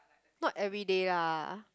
not every day lah